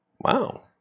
wow